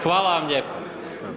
Hvala vam lijepa.